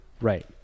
Right